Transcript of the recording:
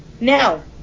Now